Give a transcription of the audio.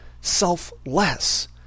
selfless